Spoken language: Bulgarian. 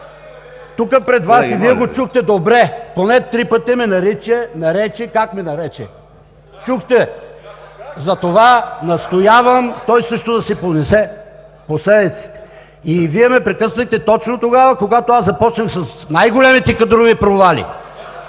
Тук пред Вас и Вие го чухте добре – поне три пъти ме нарече… Как ме нарече – чухте. Затова настоявам той също да си понесе последиците. Вие ме прекъснахте точно тогава, когато аз започнах с най големите кадрови провали